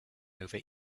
over